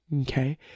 Okay